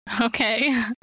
Okay